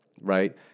right